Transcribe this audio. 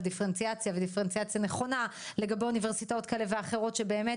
דיפרנציאציה ודיפרנציאציה נכונה לגבי אוניברסיטאות כאלה ואחרות שבאמת